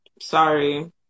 sorry